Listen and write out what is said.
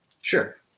Sure